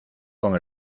con